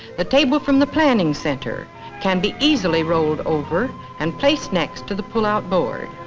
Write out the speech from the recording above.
the table from the planning center can be easily rolled over and placed next to the pullout board.